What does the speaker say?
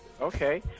Okay